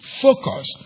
focus